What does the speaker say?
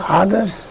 others